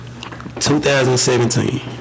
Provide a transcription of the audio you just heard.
2017